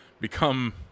become